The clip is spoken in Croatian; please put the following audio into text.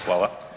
Hvala.